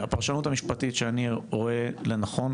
הפרשנות המשפטית שאני רואה לנכון,